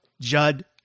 judd